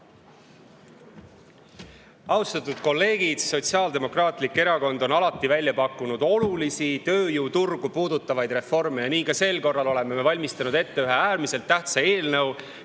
Austatud kolleegid! Sotsiaaldemokraatlik Erakond on alati välja pakkunud olulisi tööjõuturgu puudutavaid reforme ja nii ka sel korral oleme valmistanud ette ühe äärmiselt tähtsa eelnõu,